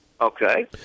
Okay